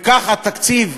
וככה התקציב,